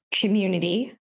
community